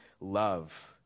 love